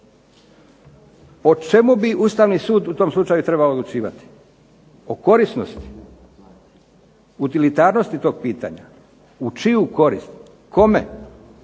O čemu bi Ustavni sud u tom slučaju trebao odlučivati? O korisnosti? Utilitarnosti tog pitanja, u čiju korist, kome?